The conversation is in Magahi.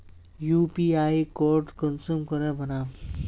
यु.पी.आई कोड कुंसम करे बनाम?